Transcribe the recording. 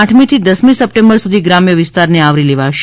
આઠમીથી દસમી સપ્ટેમ્બર સુધી ગ્રામ્ય વિસ્તારને આવરી લેશે